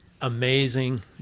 amazing